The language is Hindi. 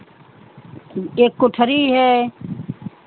एक कोठली है